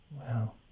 Wow